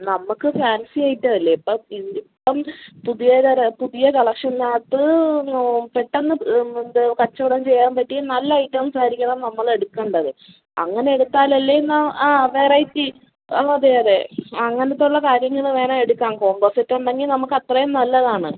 നമുക്ക് ഫാൻസി ഐറ്റമല്ലേ അപ്പം ഇന്നിപ്പം പുതിയ തരം പുതിയ കളക്ഷനകത്ത് പെട്ടെന്ന് എന്ത് കച്ചവടം ചെയ്യാൻ പറ്റിയ നല്ല ഐറ്റംസ് ആയിരിക്കണം നമ്മൾ എടുക്കേണ്ടത് അങ്ങനെ എടുത്താലല്ലേന്ന ആ വെറൈറ്റി അതെ അതെ അങ്ങനത്തെ ഉള്ള കാര്യങ്ങൾ വേണം എടുക്കാൻ കോമ്പോസെറ്റ് ഉണ്ടെങ്കിൽ നമുക്ക് അത്രയും നല്ലതാണ്